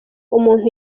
umuntu